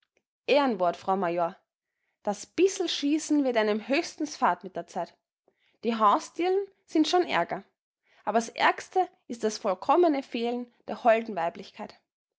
ehrenwort frau major das bisl schießen wird einem höchstens fad mit der zeit die haustierln sind schon ärger aber s ärgste ist das vollkommene fehlen der holden weiblichkeit